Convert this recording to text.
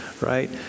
right